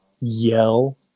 yell